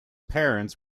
parents